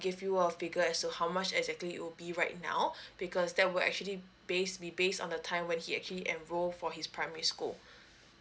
give you a figure as to how much exactly it will be right now because that will actually base be based on the time when he actually enroll for his primary school